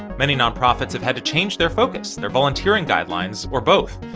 many nonprofits have had to change their focus, their volunteering guidelines or both.